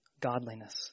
godliness